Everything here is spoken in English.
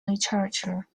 literature